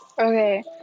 okay